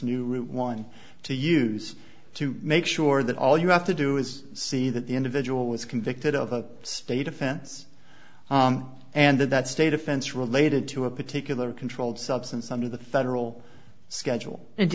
route one to use to make sure that all you have to do is see that the individual was convicted of a state offense and that that state offense related to a particular controlled substance under the federal schedule and do